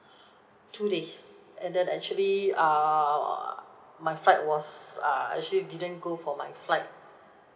two days and then actually err my flight was err I actually didn't go for my flight